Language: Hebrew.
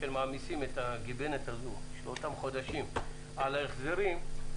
מעמיסים את הגיבנת הזו של אותם חודשים על ההחזרים,